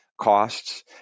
costs